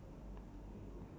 are you calling them